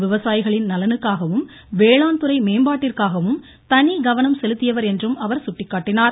விவசாயிகளின் நலனுக்காகவும் வேளாண் துறை மேம்பாட்டிற்காகவும் தனி கவனம் செலுத்தியவர் என்றும் அவர் சுட்டிக்காட்டினார்